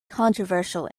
controversial